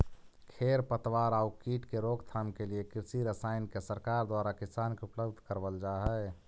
खेर पतवार आउ कीट के रोकथाम के लिए कृषि रसायन के सरकार द्वारा किसान के उपलब्ध करवल जा हई